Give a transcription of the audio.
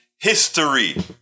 history